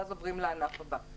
ואז עוברים לענף הבא.